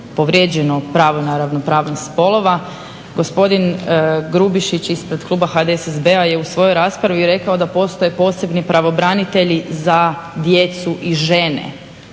povrijeđeno pravo, naravno pravo spolova. Gospodin Grubišić ispred kluba HDSSB-a je u svojoj raspravi rekao da postoje posebni pravobranitelji za djecu i žene.